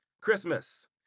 Christmas